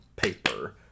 paper